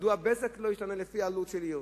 מדוע "בזק" לא תשנה לפי העלות של עיר?